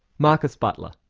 marcus butler.